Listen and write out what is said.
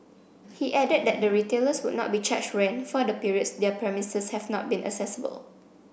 he added that the retailers would not be charged rent for the periods their premises have not been accessible